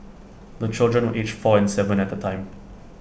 the children were aged four and Seven at the time